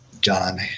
John